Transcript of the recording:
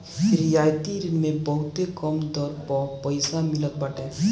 रियायती ऋण मे बहुते कम दर पअ पईसा मिलत बाटे